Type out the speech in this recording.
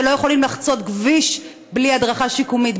שלא יכולים לחצות כביש בלי הדרכה שיקומית,